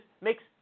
makes